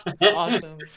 Awesome